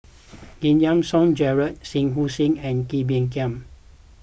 Giam Yean Song Gerald Shah Hussain and Kee Bee Khim